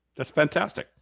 that's fantastic.